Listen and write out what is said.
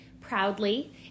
proudly